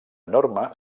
norma